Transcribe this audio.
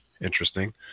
interesting